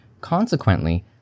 Consequently